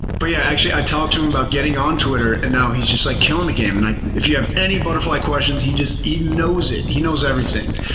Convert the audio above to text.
but yeah, actually i talked to him about getting on twitter and now he's just, like, killing the game. and if you have any butterfly questions he just, he knows it, he knows everything.